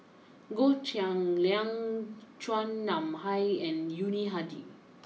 Goh Cheng Liang Chua Nam Hai and Yuni Hadi